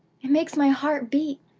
it makes my heart beat,